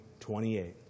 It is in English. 28